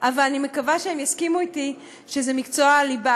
אבל אני מקווה שהם יסכימו אתי שזה מקצוע ליבה,